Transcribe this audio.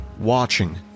watching